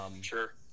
Sure